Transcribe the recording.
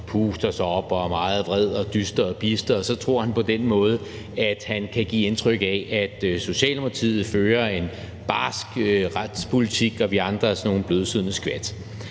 puster sig op og er meget vred og dyster og bister, og så tror han, han på den måde kan give indtryk af, at Socialdemokratiet fører en barsk retspolitik og vi andre er sådan nogle blødsødne skvat.